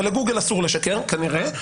אבל לגוגל אסור לשקר כנראה,